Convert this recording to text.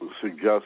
suggest